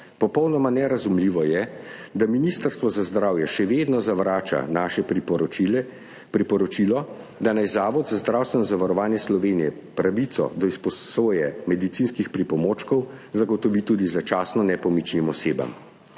Popolnoma nerazumljivo je, da Ministrstvo za zdravje še vedno zavrača naše priporočilo, da naj Zavod za zdravstveno zavarovanje Slovenije pravico do izposoje medicinskih pripomočkov zagotovi tudi začasno nepomičnim osebam.